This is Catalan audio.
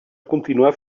continuar